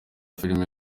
filime